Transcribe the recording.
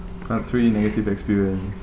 part three negative experience